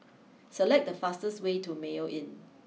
select the fastest way to Mayo Inn